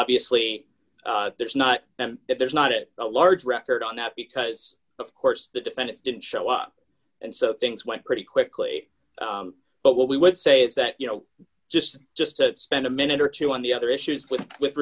obviously there's not there's not it a large record on that because of course the defendants didn't show up and so things went pretty quickly but what we would say is that you know just just to spend a minute or two on the other issues with